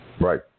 Right